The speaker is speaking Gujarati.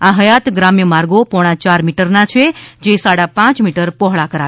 આ હયાત ગ્રામ્ય માર્ગો પોણા ચાર મીટરનાં છે જે સાડા પાંચ મીટર પહોળા કરાશે